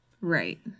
Right